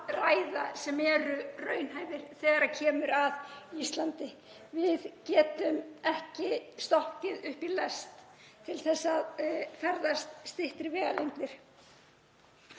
ræða sem eru raunhæfir þegar kemur að Íslandi. Við getum ekki stokkið upp í lest til að ferðast styttri vegalengdir.